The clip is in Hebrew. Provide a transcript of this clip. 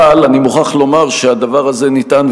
אבל אני מוכרח לומר שהדבר הזה ניתן,